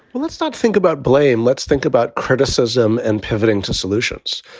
let's not think about blame. let's think about criticism and pivoting to solutions.